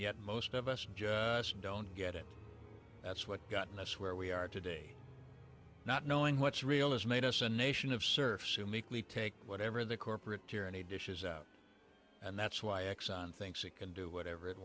yet most of us just don't get it that's what gotten us where we are today not knowing what's real is made us a nation of surf soumik we take whatever the corporate tyranny dishes out and that's why exxon thinks it can do whatever it